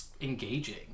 engaging